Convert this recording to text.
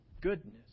goodness